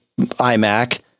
iMac